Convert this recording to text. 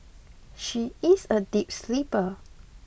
she is a deep sleeper